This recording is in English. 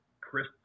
Chris